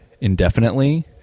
indefinitely